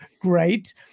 great